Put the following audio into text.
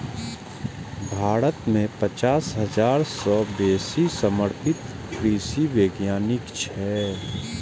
भारत मे पचास हजार सं बेसी समर्पित कृषि वैज्ञानिक छै